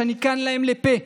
שאני כאן להם לפה,